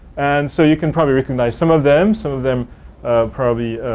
and so you can probably recognize some of them. some of them probably